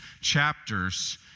chapters